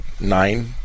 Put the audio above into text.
nine